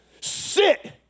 sit